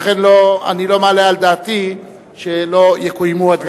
לכן, אני לא מעלה על דעתי שלא יקוימו הדברים.